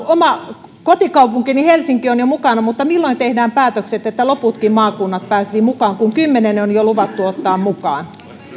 oma kotikaupunkini helsinki on jo mukana mutta milloin tehdään päätökset että loputkin maakunnat pääsisivät mukaan kun kymmenen on jo luvattu ottaa mukaan